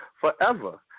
forever